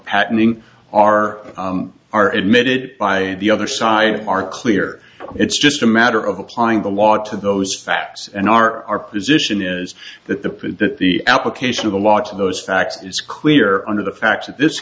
patterning are are admitted by the other side are clear it's just a matter of applying the law to those facts and our position is that the that the application of the law to those facts is clear under the facts of this